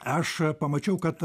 aš pamačiau kad